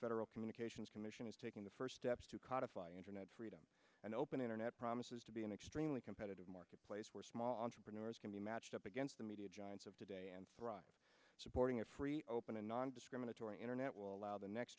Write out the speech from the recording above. federal communications commission is taking the first steps to codify internet freedom and open internet promises to be an extremely competitive marketplace where small entrepreneurs can be matched up against the media giants of today and supporting a free open and nondiscriminatory internet will allow the next